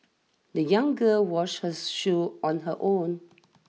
the young girl washed her shoes on her own